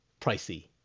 pricey